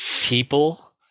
people